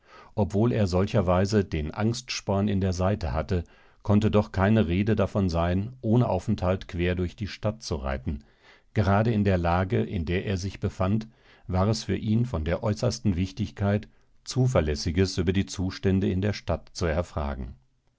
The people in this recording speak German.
obwohl er solcherweise den angstsporn in der seite hatte konnte doch keine rede davon sein ohne aufenthalt quer durch die stadt zu reiten gerade in der lage in der er sich befand war es für ihn von der äußersten wichtigkeit zuverlässiges über die zustände in der stadt zu erfragen